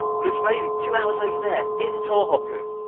but it's amazing, two hours over there, in tohoku.